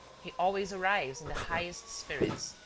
he always arrives in the highest spirits,